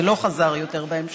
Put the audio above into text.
זה לא חזר יותר בהמשך,